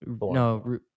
No